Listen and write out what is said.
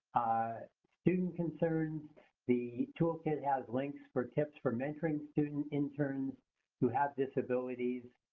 ah student concerns the toolkit has links for tips for mentoring student interns who have disabilities.